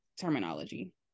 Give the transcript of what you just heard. terminology